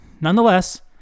nonetheless